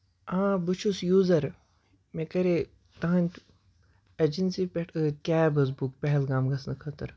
آ بہٕ چھُس یوٗزر مےٚ کرے تہٕنٛدۍ اٮ۪جینسی پٮ۪ٹھ ٲدۍ کیب حظ بُک پہلگام گژھنہٕ خٲطرٕ